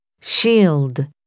shield